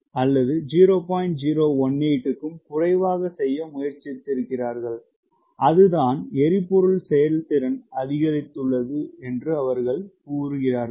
018 க்கும் குறைவாக செய்ய முயற்சித்தார்கள் அதுதான் எரிபொருள் செயல்திறன் அதிகரித்துள்ளது அவர்கள் கூறுகின்றனர்